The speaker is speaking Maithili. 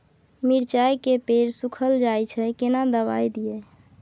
मिर्चाय के पेड़ सुखल जाय छै केना दवाई दियै?